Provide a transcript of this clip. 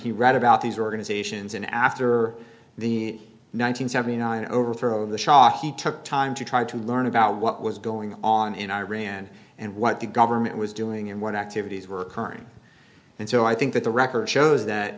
he read about these organizations in after the nine hundred seventy nine overthrow of the shah he took time to try to learn about what was going on in iran and what the government was doing and what activities were occurring and so i think that the record shows that